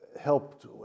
helped